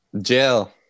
jail